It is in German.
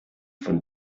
von